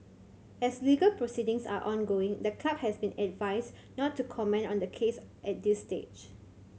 as legal proceedings are ongoing the club has been advised not to comment on the case at this stage